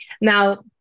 Now